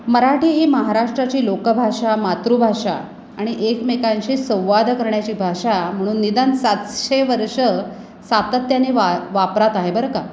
मराठी ही महाराष्ट्राची लोकभाषा मातृभाषा आणि एकमेकांशी संवाद करण्याची भाषा म्हणून निदान सातशे वर्ष सातत्याने वा वापरात आहे बरं का